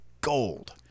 gold